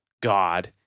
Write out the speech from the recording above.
God